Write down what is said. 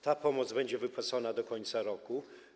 Ta pomoc będzie wypłacona do końca roku.